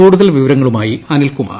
കൂടുതൽ വിവരങ്ങളുമായി അനിൽകുമാർ